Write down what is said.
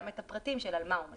כולל את הפרטים של על מה הוא מסכים,